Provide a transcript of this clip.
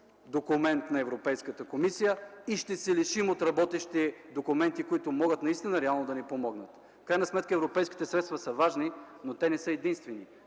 документ на Европейската комисия, но ще се лишим от работещи документи, които могат наистина реално да ни помогнат. В крайна сметка европейските средства са важни, но не са единствени,